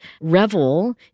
revel